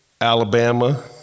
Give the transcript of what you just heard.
Alabama